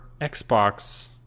Xbox